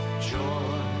joy